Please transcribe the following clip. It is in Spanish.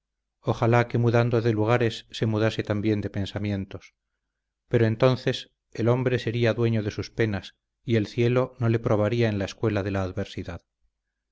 ojalá que mudando de lugares se mudase también de pensamientos pero entonces el hombre sería dueño de sus penas y el cielo no le probaría en la escuela de la adversidad